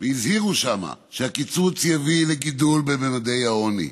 הזהירו שם שהקיצוץ יביא לגידול בממדי העוני,